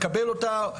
מקבל אותה,